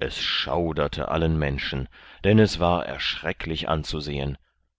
es schauderte allen menschen denn es war erschrecklich anzusehen